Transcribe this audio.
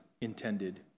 intended